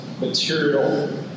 material